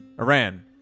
Iran